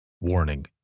Warning